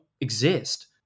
exist